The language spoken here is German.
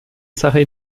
sache